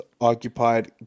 Occupied